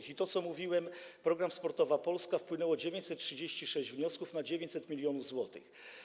I to co mówiłem: program „Sportowa Polska” - wpłynęło 936 wniosków na kwotę 900 mln zł.